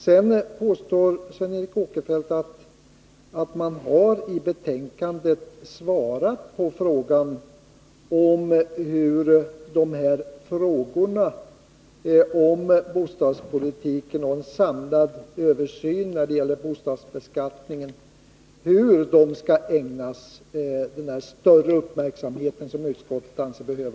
Sedan påstår Sven Eric Åkerfeldt att man i betänkandet har svarat på frågan om hur de här spörsmålen om bostadspolitiken och en samlad översyn när det gäller bostadsbeskattningen skall ägnas den större uppmärksamhet som utskottet anser nödvändig.